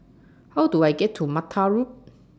How Do I get to Mattar Road